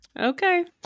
Okay